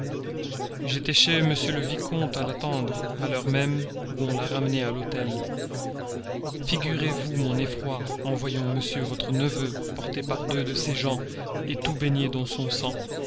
j'étais chez m le vicomte à l'attendre à l'heure même où on l'a ramené à l'hôtel figurez-vous mon effroi en voyant m votre neveu porté par deux de ses gens tout baigné dans son sang